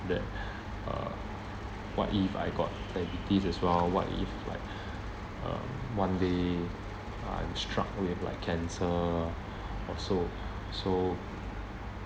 that uh what if I got diabetes as well what if like uh one day I was struck with like cancer also so